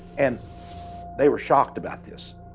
and they were shocked about this.